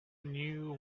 knew